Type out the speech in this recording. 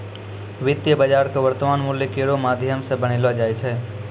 वित्तीय बाजार क वर्तमान मूल्य केरो माध्यम सें बनैलो जाय छै